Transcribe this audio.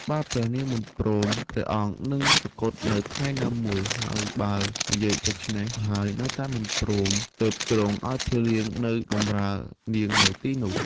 បើព្រះនាងមិនព្រម ព្រះអង្គនឹងសុគតនៅថ្ងៃណាមួយ ហើយបើនិយាយដូច្នេះហើយនៅតែមិនព្រម ទើបទ្រង់ឱ្យភីលៀងនៅបម្រើនាងនៅទីនោះ។